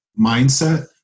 mindset